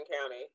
County